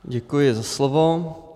Děkuji za slovo.